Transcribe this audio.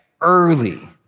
early